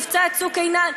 מבצע צוק עינן,